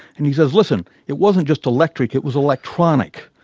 and he says listen, it wasn't just electric, it was electronic.